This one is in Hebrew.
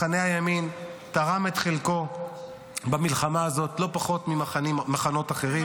מחנה הימין תרם את חלקו במלחמה הזאת לא פחות ממחנות אחרים,